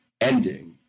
ending